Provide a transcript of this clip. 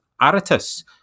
Aratus